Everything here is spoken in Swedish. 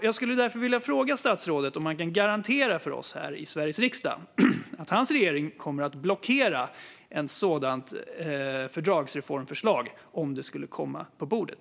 Jag skulle därför vilja fråga statsrådet om han kan garantera för oss här i Sveriges riksdag att hans regering kommer att blockera ett sådant fördragsreformförslag om det skulle komma på bordet.